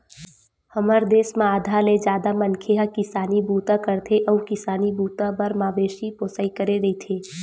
हमर देस म आधा ले जादा मनखे ह किसानी बूता करथे अउ किसानी बूता बर मवेशी पोसई करे रहिथे